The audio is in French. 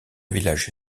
village